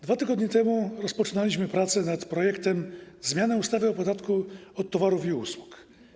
2 tygodnie temu rozpoczynaliśmy prace nad projektem zmiany ustawy o podatku od towarów i usług.